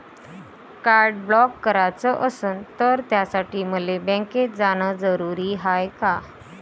Card block कराच असनं त त्यासाठी मले बँकेत जानं जरुरी हाय का?